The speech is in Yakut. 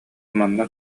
манна